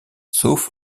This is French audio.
sauf